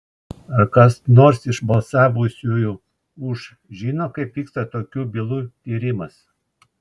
ar kas nors iš balsavusiųjų už žino kaip vyksta tokių bylų tyrimas